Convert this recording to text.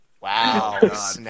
Wow